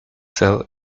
cell